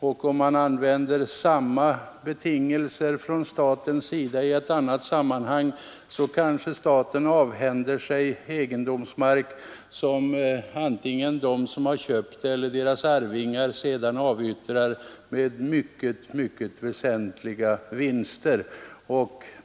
Om man använder samma bestämmelser i ett annat sammanhang, kanske staten avhänder sig egendomar, som antingen de som köper dem eller deras arvingar sedan avyttrar med mycket betydande vinster.